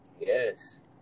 Yes